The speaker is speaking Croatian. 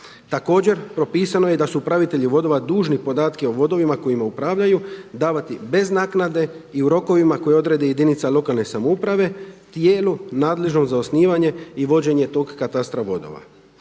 Također propisano je da su i upravitelji vodova dužni podatke o vodovima kojima upravljaju davati bez naknade i u rokovima koje odredi jedinica lokalne samouprave tijelu nadležnom za osnivanje i vođenje tog katastra vodova.